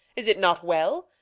is it not well?